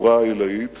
גבורה עילאית